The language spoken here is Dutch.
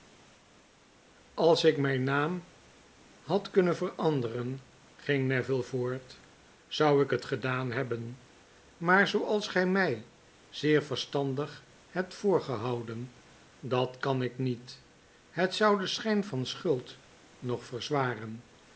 als ik mijn naam had kunnen veranderen ing neville voort zou ik het gedaan hebben aar zooals go mrj zeer verstandig hebt voorgehouden dat kan ik niet het zou den schyn van schuld nog verzwaren